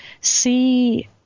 see